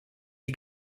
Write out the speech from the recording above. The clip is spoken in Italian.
del